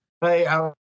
Hey